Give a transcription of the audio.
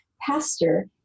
pastor